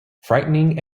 frightening